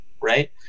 right